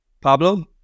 Pablo